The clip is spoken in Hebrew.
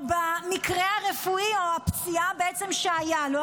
או במקרה הרפואי או הפציעה בעצם שהייתה לו,